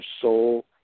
soul